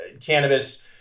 Cannabis